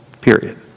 Period